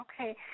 okay